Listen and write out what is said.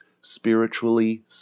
spiritually